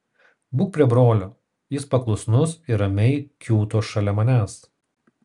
būk prie brolio jis paklusnus ir ramiai kiūto šalia manęs